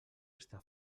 està